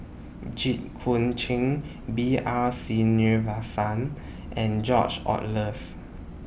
Jit Koon Ch'ng B R Sreenivasan and George Oehlers